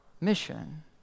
mission